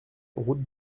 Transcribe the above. route